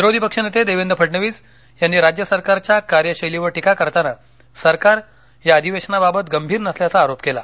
विरोधी पक्ष नेते देवेंद्र फडणवीस यांनी राज्य सरकारच्या कार्यशैलीवर टीका करतांना सरकार या अधिवेशनाबाबात गंभीर नसल्याचा आरोप केला